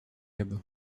hebben